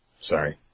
Sorry